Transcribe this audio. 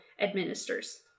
administers